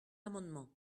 amendement